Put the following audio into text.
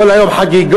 כל היום חגיגות,